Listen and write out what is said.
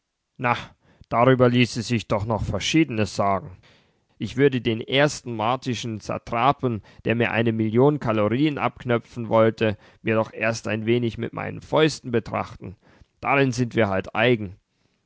darüber ließe sich doch noch verschiedenes sagen ich würde den ersten martischen satrapen der mir meine million kalorien abknöpfen wollte mir doch erst ein wenig mit meinen fäusten betrachten darin sind wir halt eigen